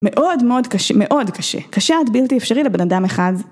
מאוד מאוד קשה, מאוד קשה. קשה עד בלתי אפשרי לבן אדם אחד.